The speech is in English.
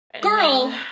girl